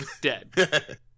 dead